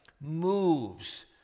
moves